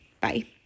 Bye